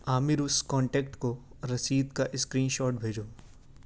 عامر اس کانٹیکٹ کو رسید کا اسکرین شاٹ بھیجو